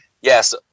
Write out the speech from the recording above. Yes